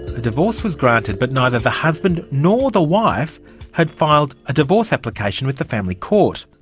the divorce was granted, but neither the husband nor the wife had filed a divorce application with the family court.